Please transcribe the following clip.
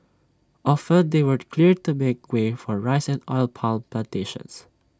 often they were cleared to make way for rice oil palm Plantations